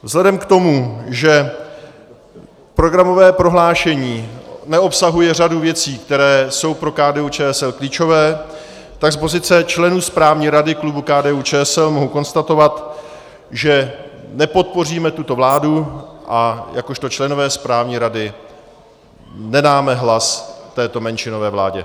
Vzhledem k tomu, že programové prohlášení neobsahuje řadu věcí, které jsou pro KDUČSL klíčové, tak z pozice členů správní rady klubu KDUČSL mohu konstatovat, že nepodpoříme tuto vládu a jakožto členové správní rady nedáme hlas této menšinové vládě.